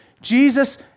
Jesus